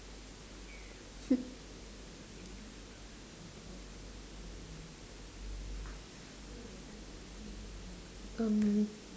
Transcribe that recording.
um